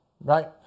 right